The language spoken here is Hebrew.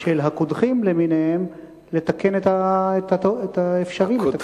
של הקודחים למיניהם לתקן את האפשרי לתקן.